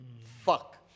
fuck